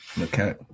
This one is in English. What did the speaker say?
Okay